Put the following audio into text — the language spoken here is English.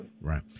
Right